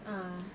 ah